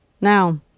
Now